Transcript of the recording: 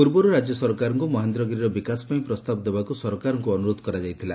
ପୂର୍ବରୁ ରାଜ୍ୟ ସରକାରଙ୍କ ମହେନ୍ଦ୍ରଗିରିର ବିକାଶ ପାଇଁ ପ୍ରସ୍ତାବ ଦେବାକୁ ସରକାରଙ୍କୁ ଅନୁରୋଧ କରାଯାଇଥିଲା